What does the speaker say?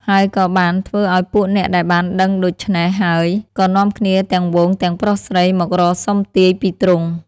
ហើយក៏បានធ្វើអោយពួកអ្នកដែលបានដឹងដូច្នេះហើយ ក៏នាំគ្នាទាំងហ្វូងទាំងប្រុសស្រី មករកសុំទាយពីទ្រង់ ។